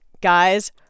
guys